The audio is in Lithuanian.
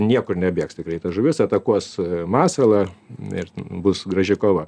niekur nebėgs tikrai ta žuvis atakuos masalą ir bus graži kova